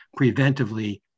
preventively